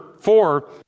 four